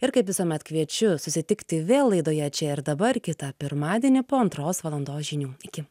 ir kaip visuomet kviečiu susitikti vėl laidoje čia ir dabar kitą pirmadienį po antros valandos žinių iki